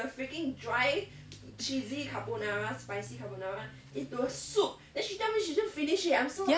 ya